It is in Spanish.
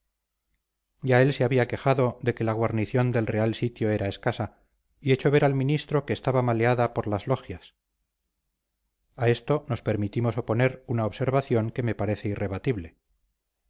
ya él se había quejado de que la guarnición del real sitio era escasa y hecho ver al ministro que estaba maleada por las logias a esto nos permitimos oponer una observación que me parece irrebatible